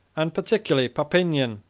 and particularly papinian,